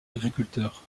agriculteurs